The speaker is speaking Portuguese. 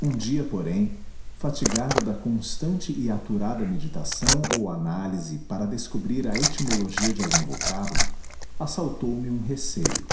um dia porém fatigado da constante e aturada meditação ou análise para descobrir a etimologia de algum vocábulo assaltou-me um receio